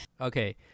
Okay